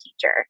teacher